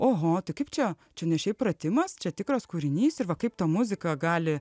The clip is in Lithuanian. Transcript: oho tai kaip čia čia ne šiaip pratimas čia tikras kūrinys ir va kaip ta muzika gali